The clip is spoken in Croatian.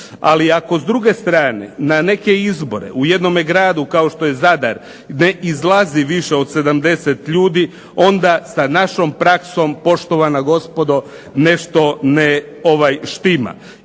Ali ako s druge strane na neke izbore u jednome gradu kao što je Zadar ne izlazi više od 70 ljudi onda sa našom praksom poštovana gospodo nešto ne štima.